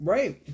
Right